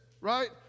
right